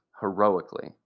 heroically